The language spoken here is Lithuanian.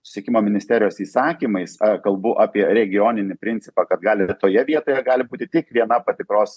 susisiekimo ministerijos įsakymais a kalbu apie regioninį principą kad gali toje vietoje gali būti tik viena patikros